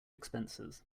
expenses